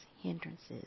hindrances